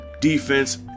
defense